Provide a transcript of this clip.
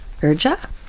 urja